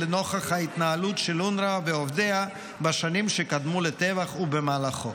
לנוכח התנהלות אונר"א ועובדיה בשנים שקדמו לטבח ובמהלכו.